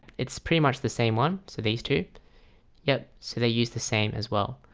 it's pretty much the same one. so these two yep, so they use the same as well.